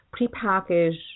prepackaged